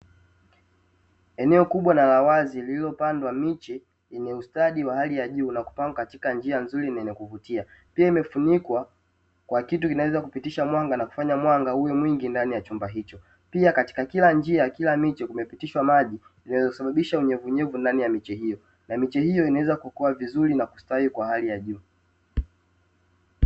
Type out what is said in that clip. Eneo kubwa na la wazi lililopandwa miche, lenye ustadi wa hali ya juu na kupandwa katika njia nzuri, na ya kuvutia. Pia imefunikwa kwa kitu cha kupitisha mwanga na kufanya mwanga na kufanya mwanga uwe mwingi ndani chumba hicho. Pia katika kila njia na kila mche kumepitishwa maji yanayosababisha unyevuunyevu ndani ya miche hiyo, na miche hiyo inaweza kukua vizuri na kustawi kwa hali ya juu.